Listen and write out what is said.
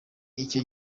icyo